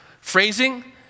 phrasing